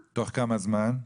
בתוך כמה זמן?